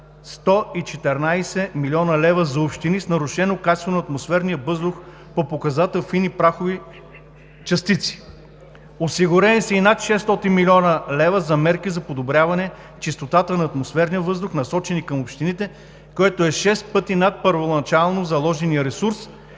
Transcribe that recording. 114 млн. лв. за общини с нарушено качество на атмосферния въздух по показател „фини прахови частици“. Осигурени са и над 600 млн. лв. за мерки за подобряване чистотата на атмосферния въздух, насочени към общините, което е шест пъти над първоначално заложения ресурс,